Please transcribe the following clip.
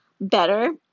better